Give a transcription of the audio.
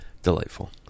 Delightful